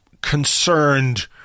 concerned